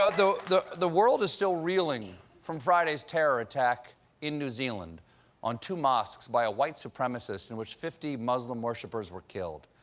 so the the world is still reeling from friday's terror attack in new zealand on two mosques by a white supremacist in which fifty muslim worshipers were killed.